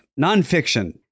nonfiction